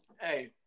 Hey